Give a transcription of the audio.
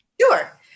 Sure